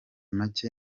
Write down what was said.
make